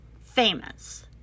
famous